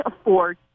afford